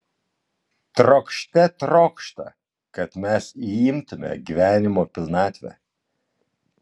trokšte trokšta kad mes įimtume gyvenimo pilnatvę